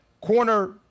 corner